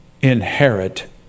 inherit